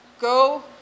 go